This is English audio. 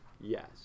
Yes